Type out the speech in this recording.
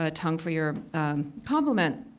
ah tung, for your compliment.